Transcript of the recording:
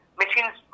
machines